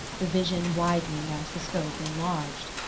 the vision widening as the scope enlarged.